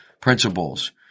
principles